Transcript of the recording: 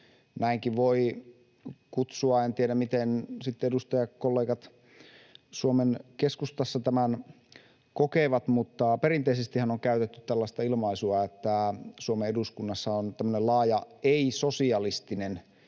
näinkin voi sitä kutsua. En tiedä, miten sitten edustajakollegat Suomen Keskustassa tämän kokevat, mutta perinteisestihän on käytetty tällaista ilmaisua, että Suomen eduskunnassa on tämmöinen laaja ei-sosialistinen